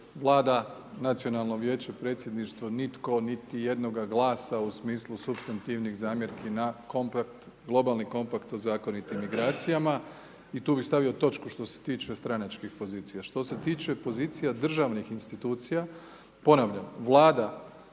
vlada, nacionalno vijeće, predsjedništvo nitko niti jednoga glasa u smislu supstantivnih zamjerni na kompakt, globalni kompakt o zakonitim migracijama i tu bi stavio točku što se tiče stranačkih pozicija. Što se tiče pozicija državnih institucija, ponavljam Vlada